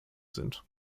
sind